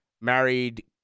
married